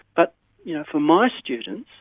but yeah for my students,